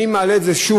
אני מעלה את זה שוב,